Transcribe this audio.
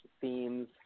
themes